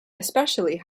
especially